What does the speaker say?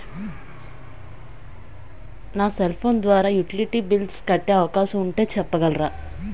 నా cell phone ద్వారా utility bills కట్టే అవకాశం ఉంటే చెప్పగలరా?